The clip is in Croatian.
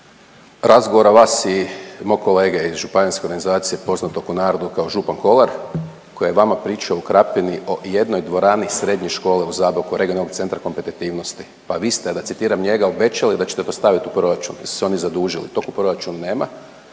razgovora vas i mog kolege iz županijske organizacije poznatog u narodu kao župan Kolar koji je vama pričao u Krapini o jednoj dvorani srednje škole u Zaboku, regionalnog centra kompetitivnosti. Pa vi ste da citiram njega obećali da ćete to staviti u proračun jer su se oni zadužili. Tog u proračunu nema.